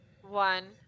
one